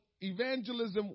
Evangelism